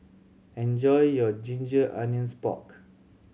enjoy your ginger onions pork